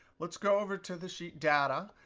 let's go over to the sheet data.